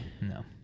No